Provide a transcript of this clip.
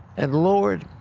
and lord,